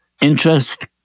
interest